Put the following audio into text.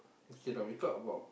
K lah we talk about